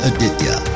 Aditya